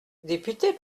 député